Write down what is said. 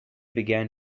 began